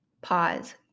pause